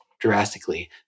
drastically